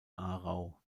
aarau